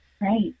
Right